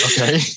Okay